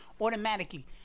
Automatically